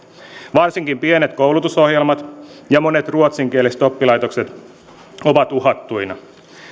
varsinkin pienet koulutusohjelmat ja monet ruotsinkieliset oppilaitokset ovat uhattuina